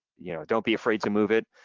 you know don't be afraid to move it.